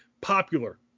popular